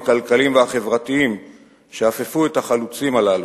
הכלכליים והחברתיים שאפפו את החלוצים הללו?